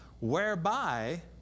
Whereby